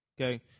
okay